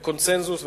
בקונסנזוס.